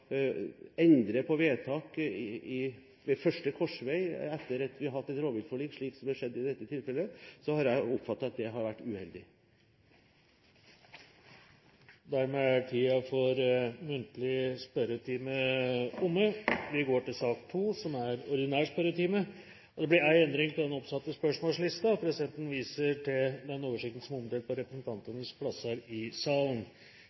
på vedtak ved første korsvei etter at vi har fått et rovviltforlik, slik som det har skjedd i dette tilfellet, oppfatter jeg det uheldig. Dermed er den muntlige spørretimen omme. Det er én endring i den oppsatte spørsmålslisten. Presidenten viser i den sammenheng til den oversikten som er omdelt på representantenes plasser i salen. Den foreslåtte endringen foreslås godkjent. – Det anses vedtatt. Endringen var som